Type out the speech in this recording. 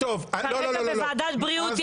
ללכת לוועדת בריאות.